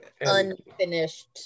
unfinished